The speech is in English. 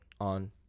on